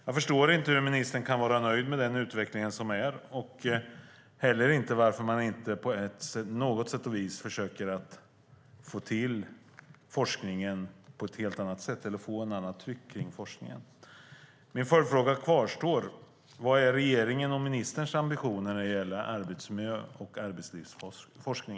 Jag förstår inte hur ministern kan vara nöjd med den rådande utvecklingen och inte heller varför hon inte på något sätt försöker få ett annat tryck i frågan om forskningen. Min följdfråga kvarstår: Vad är regeringens och ministerns ambition när det gäller arbetsmiljö och arbetslivsforskning?